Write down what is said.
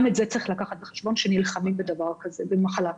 גם דבר שצריך לקחת אותו בחשבון כשנלחמים במחלה כזאת.